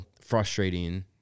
frustrating